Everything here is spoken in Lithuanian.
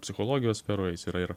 psichologijos sferoj jis yra ir